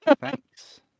Thanks